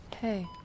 Hey